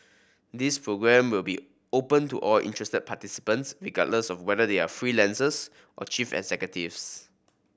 this program will be open to all interested participants regardless of whether they are freelancers or chief executives